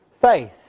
faith